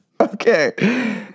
Okay